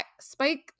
Spike